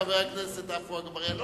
חבר הכנסת עפו אגבאריה,